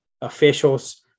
officials